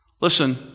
Listen